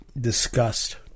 discussed